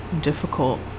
difficult